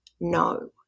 no